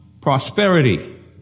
prosperity